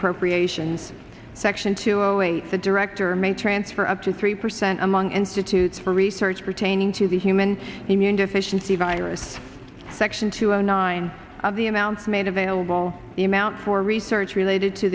appropriations section two zero eight the director may transfer up to three percent among institutes for research pertaining to the human immunodeficiency virus section two zero nine of the amounts made available the amount for research related to